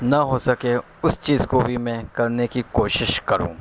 نہ ہو سکے اس چیز کو بھی میں کرنے کی کوشش کروں